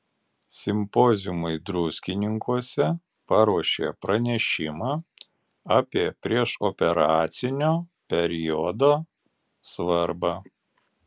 simpoziumui druskininkuose paruošė pranešimą apie priešoperacinio periodo svarbą